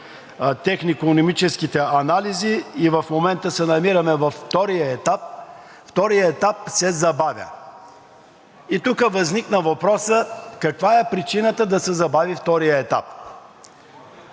технико-икономическите анализи, и в момента се намираме във втория етап, а вторият етап се забавя. Тук възниква въпросът: каква е причината да се забави вторият етап?